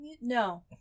no